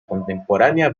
contemporánea